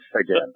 again